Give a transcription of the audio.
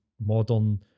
modern